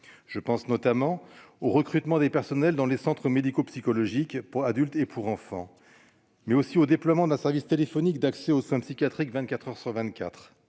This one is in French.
Je pense notamment au recrutement de personnels dans les centres médico-psychologiques (CMP) pour les adultes et les enfants, mais aussi au déploiement d'un service téléphonique d'accès aux soins psychiatriques